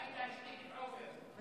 די להשתיק את עופר.